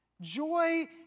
Joy